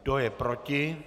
Kdo je proti?